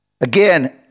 Again